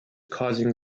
causing